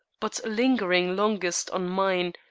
but lingering longest on mine,